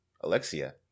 Alexia